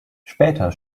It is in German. später